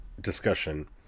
discussion